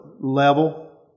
level